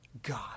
God